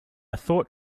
thought